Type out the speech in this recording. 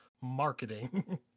marketing